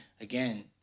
again